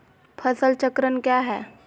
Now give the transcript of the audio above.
फसल चक्रण क्या है?